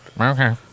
Okay